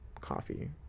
coffee